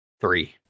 Three